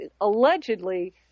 allegedly